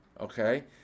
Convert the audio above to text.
Okay